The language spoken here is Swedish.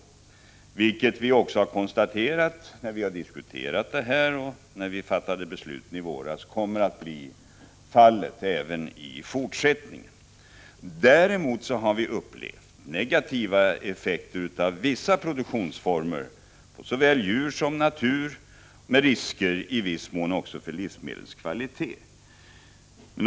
Att så kommer att bli fallet även i fortsättningen har vi konstaterat när vi har diskuterat detta ämne, och det sades när riksdagen i våras fattade sitt jordbrukspolitiska beslut. Däremot har vi upplevt negativa effekter av vissa produktionsformer på såväl djur som natur, med risker i viss mån också för livsmedelskvaliteten.